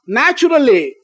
naturally